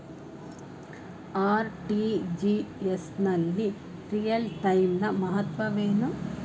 RTGS ನಲ್ಲಿ real time ನ ಮಹತ್ವವೇನು?